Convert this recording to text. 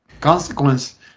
consequence